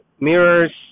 mirrors